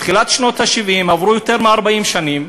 מתחילת שנות ה-70 עברו יותר מ-40 שנים,